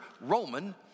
Roman